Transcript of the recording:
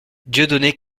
dieudonné